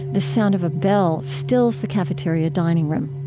the sound of a bell stills the cafeteria dining room.